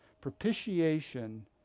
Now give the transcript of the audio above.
Propitiation